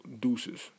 deuces